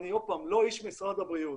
אני מבטיח לך שאם היינו עכשיו בדיון